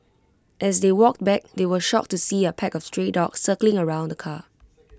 as they walked back they were shocked to see A pack of stray dogs circling around the car